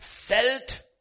felt